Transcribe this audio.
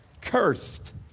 Cursed